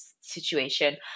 situation